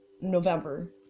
November